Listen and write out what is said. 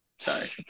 Sorry